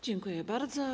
Dziękuję bardzo.